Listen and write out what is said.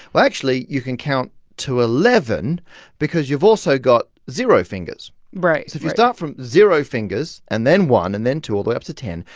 well, actually, you can count to eleven because you've also got zero fingers right, right if you start from zero fingers, and then one, and then two, all the way up to ten,